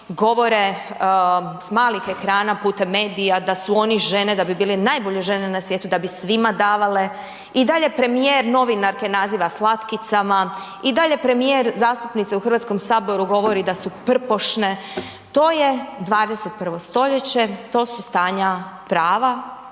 govore s malih ekrana putem medija da su oni žene da bi bili najbolje žene na svijetu da bi svima davale. I dalje premijer novinarke naziva slatkicama. I dalje premijer zastupnice u Hrvatskom govori da su prpošne. To je 21. stoljeće. To su stanja prava